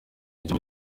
ngira